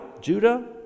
Judah